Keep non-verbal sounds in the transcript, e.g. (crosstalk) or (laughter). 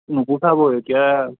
(unintelligible) এতিয়া